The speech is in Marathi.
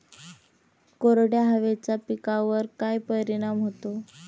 कोरड्या हवेचा पिकावर काय परिणाम होतो?